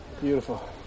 Beautiful